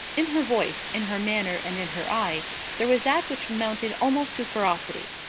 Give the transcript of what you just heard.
in her voice, in her manner, and in her eye there was that which amounted almost to ferocity.